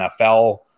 NFL